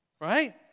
right